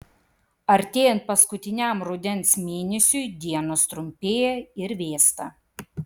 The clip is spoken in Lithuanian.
artėjant paskutiniam rudens mėnesiui dienos trumpėja ir vėsta